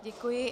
Děkuji.